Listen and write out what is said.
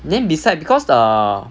then beside because err